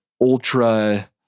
ultra